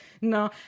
no